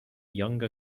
younger